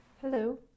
Hello